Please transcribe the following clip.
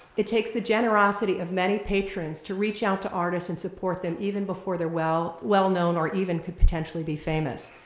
it takes the generosity of many patrons to reach out to artists and support them even before they're well well known or even could potentially be famous.